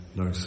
no